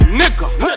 nigga